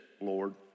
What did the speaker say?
Lord